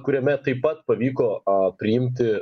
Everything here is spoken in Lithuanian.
kuriame taip pat pavyko a priimti